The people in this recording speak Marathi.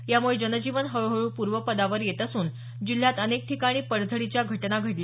यामुळे जनजीवन हळूहळू पूर्वपदावर येत असून जिल्ह्यात अनेक ठिकाणी पडझडीच्या घटना घडल्या